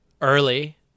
early